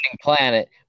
planet